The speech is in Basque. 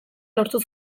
lortu